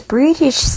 British